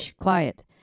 quiet